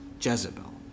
Jezebel